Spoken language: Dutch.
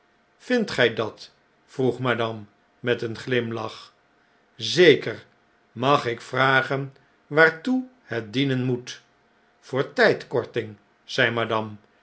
vindt gij dat vroeg madame met een glimlach zeker mag ik vragen waartoe het dienen moet voor tijdkorting zei